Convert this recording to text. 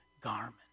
garment